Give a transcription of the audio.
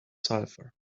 sulfur